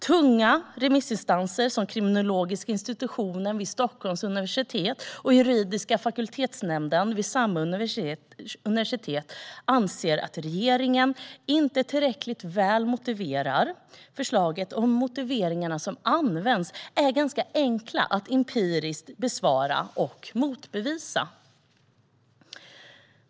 Tunga remissinstanser, kriminologiska institutionen vid Stockholms universitet och juridiska fakultetsnämnden vid samma universitet, anser att regeringen inte tillräckligt väl motiverar förslaget. Motiveringarna som används är enkla att empiriskt besvara och motbevisa.